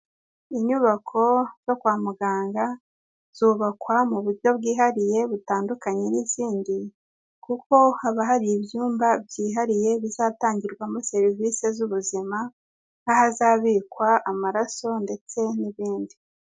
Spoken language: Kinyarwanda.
Inyubako zo kwa muganga zubakwa mu buryo bwihariye butandukanye n'izindi, kuko haba hari ibyumba byihariye bizatangirwamo serivisi z'ubuzima nk'ahazabikwa amaraso ndetse n'ibindi.